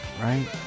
right